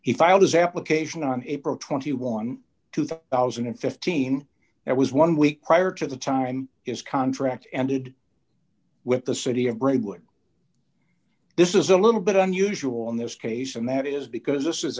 he filed his application on april twenty one two thousand and fifteen that was one week prior to the time is contract ended with the city of braidwood this is a little bit unusual in this case and that is because this is